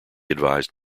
advised